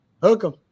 Welcome